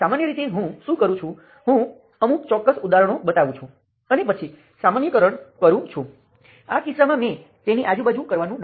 હવે તમારી પાસે આ શાખા છે જે આ ચોક્કસ શાખા માટે સામાન્ય છે તે આ મેશ અને તે મેશ માટે સમાન છે